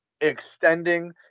extending